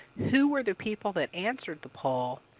who were the people that answered the poll?